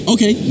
Okay